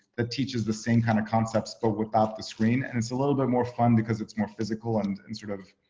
that teaches the same kind of concepts, but without the screen and it's a little bit more fun because it's more physical and and sort of,